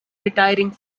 retiring